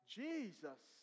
jesus